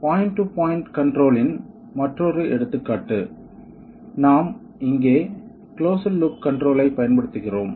இது point to point control இன் மற்றொரு எடுத்துக்காட்டு நாம் இங்கே கிளோஸ்ட் லூப் கன்ட்ரோல் ஐப் பயன்படுத்துகிறோம்